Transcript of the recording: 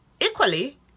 Equally